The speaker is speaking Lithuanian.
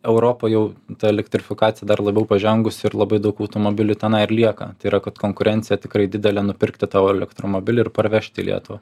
europa jau ta elektrifikacija dar labiau pažengus ir labai daug automobilių tenai ir lieka tai yra kad konkurencija tikrai didelė nupirkti tavo elektromobilį ir parvežt į lietuvą